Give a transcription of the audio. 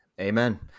amen